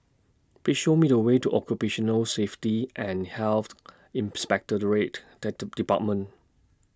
Please Show Me The Way to Occupational Safety and Health Inspectorate department